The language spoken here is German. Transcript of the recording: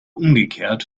umgekehrt